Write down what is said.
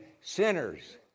sinners